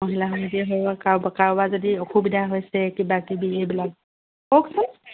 মহিলা সমিতিয়ে সৰু সুৰা কাৰোবাৰ যদি অসুবিধা হৈছে কিবা কিবি এইবিলাক কওকচোন